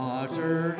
Water